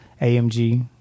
AMG